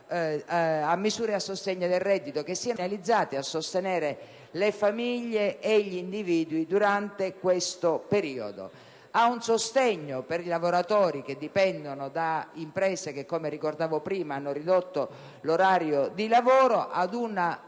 misure a sostegno del reddito che siano finalizzate a sostenere le famiglie e gli individui durante questo periodo. Quarto: prevedere un sostegno per i lavoratori che dipendono da imprese, come ricordavo prima, che hanno ridotto l'orario di lavoro.